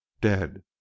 dead